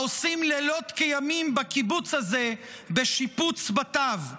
העושים לילות כימים בקיבוץ הזה בשיפוץ בתיו.